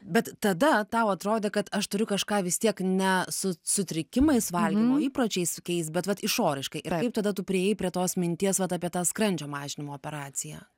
bet tada tau atrodė kad aš turiu kažką vis tiek ne su sutrikimais valgymo įpročiais keist bet vat išoriškai kaip tada tu priėjai prie tos minties vat apie tą skrandžio mažinimo operaciją